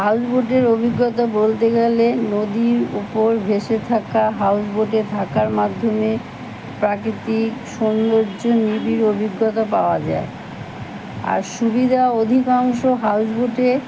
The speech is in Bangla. হাউসবোটের অভিজ্ঞতা বলতে গেলে নদীর ওপর ভেসে থাকা হাউসবোটে থাকার মাধ্যমে প্রাকৃতিক সৌন্দর্য নিবিড় অভিজ্ঞতা পাওয়া যায় আর সুবিধা অধিকাংশ হাউসবোটে